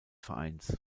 vereins